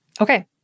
Okay